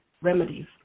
remedies